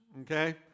okay